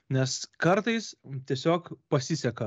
nes kartais tiesiog pasiseka